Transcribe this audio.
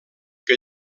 que